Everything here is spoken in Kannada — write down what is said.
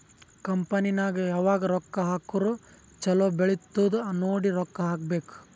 ಕಂಪನಿ ನಾಗ್ ಯಾವಾಗ್ ರೊಕ್ಕಾ ಹಾಕುರ್ ಛಲೋ ಬೆಳಿತ್ತುದ್ ನೋಡಿ ರೊಕ್ಕಾ ಹಾಕಬೇಕ್